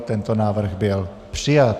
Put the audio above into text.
Tento návrh byl přijat.